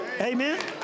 Amen